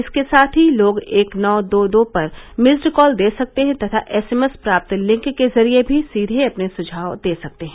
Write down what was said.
इसके साथ ही लोग एक नौ दो दो पर मिस्ड कॉल दे सकते हैं तथा एस एमएस पर प्राप्त लिंक के जरिए भी सीधे अपने सुझाव दे सकते हैं